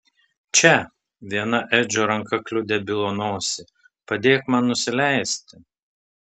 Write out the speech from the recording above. čia viena edžio ranka kliudė bilo nosį padėk man nusileisti